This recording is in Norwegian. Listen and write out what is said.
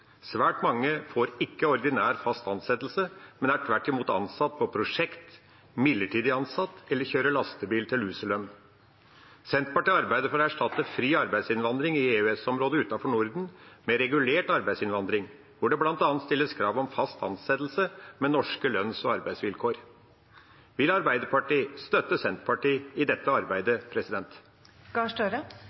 Svært mange får ikke ordinær fast ansettelse, men er tvert imot ansatt på prosjekt, midlertidig ansatt eller kjører lastebil til luselønn. Senterpartiet arbeider for å erstatte fri arbeidsinnvandring fra EØS-området utenfor Norden med regulert arbeidsinnvandring, hvor det bl.a. stilles krav om fast ansettelse med norske lønns- og arbeidsvilkår. Vil Arbeiderpartiet støtte Senterpartiet i dette arbeidet?